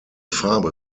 farbe